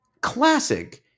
classic